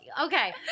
okay